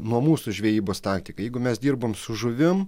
nuo mūsų žvejybos taktika jeigu mes dirbom su žuvim